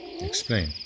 Explain